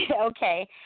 okay